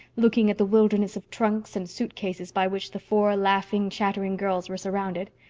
looking at the wilderness of trunks and suitcases by which the four laughing, chattering girls were surrounded.